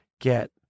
get